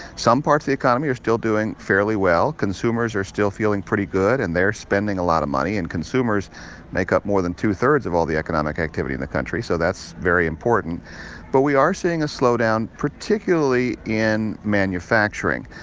some parts of the economy are still doing fairly well. consumers are still feeling pretty good, and they're spending a lot of money. and consumers make up more than two-thirds of all the economic activity in the country, so that's very important but we are seeing a slowdown, particularly in manufacturing.